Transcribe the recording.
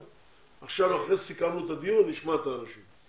עכשיו אחרי שסיכמנו את הדיון, נשמע את האנשים.